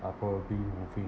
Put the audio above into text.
are probably moving